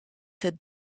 het